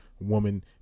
woman